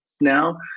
now